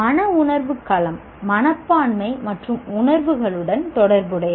மன உணர்வு களம் மனப்பான்மை மற்றும் உணர்வுகளுடன் தொடர்புடையது